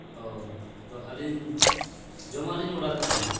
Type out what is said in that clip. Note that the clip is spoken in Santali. ᱚᱻ ᱛᱚ ᱟᱹᱞᱤᱧ ᱡᱚᱢᱟᱜ ᱞᱤᱧ ᱚᱰᱟᱨ ᱮᱫ ᱛᱟᱦᱮᱱ